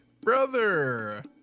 Brother